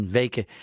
weken